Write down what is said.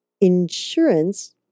Insurance